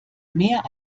mehr